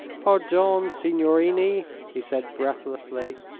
pardon, signorini, he said, breathlessly,